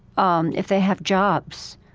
um if they have jobs,